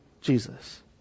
Jesus